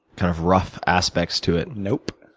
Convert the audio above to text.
kind of rough aspects to it. nope.